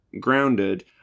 grounded